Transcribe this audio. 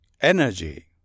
Energy